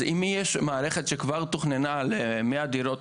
אז אם יש מערכת שכבר תוכננה על 100 דירות,